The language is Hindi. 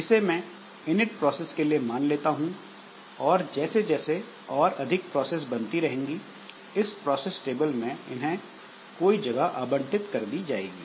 इसे मैं इनिट प्रोसेस के लिए मान लेता हूं और जैसे जैसे और अधिक प्रोसेस बनती रहेंगी इस प्रोसेस टेबल में इन्हें कोई जगह आवंटित कर दी जाएगी